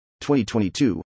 2022